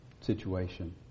situation